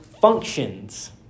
functions